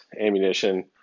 ammunition